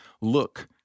look